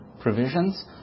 provisions